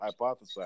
hypothesize